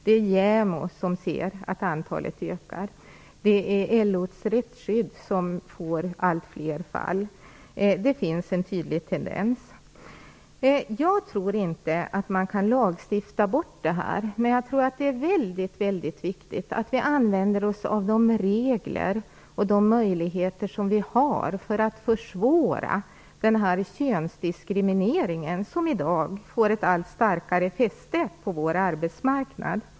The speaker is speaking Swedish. Det är JämO som ser att detta blir vanligare. LO:s rättsskydd får också in allt fler sådana här fall. Det finns en tydlig tendens. Jag tror inte att detta kan lagstiftas bort. Jag tror att det är väldigt viktigt att vi använder oss av de regler, de möjligheter som vi har att försvåra den här könsdiskrimineringen, som i dag får ett allt starkare fäste på vår arbetsmarknad.